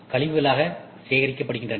கழிவுகளாக சேகரிக்கப்படுகின்றன